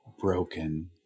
broken